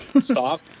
stop